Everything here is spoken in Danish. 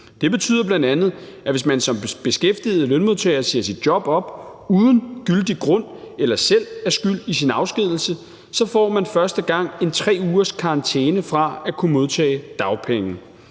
Det betyder bl.a., at hvis man som beskæftiget lønmodtager siger sit job op uden gyldig grund eller selv er skyld i sin afskedigelse, får man første gang en 3-ugerskarantæne fra at kunne modtage dagpenge.